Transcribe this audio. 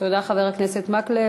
תודה, חבר הכנסת מקלב.